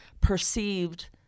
perceived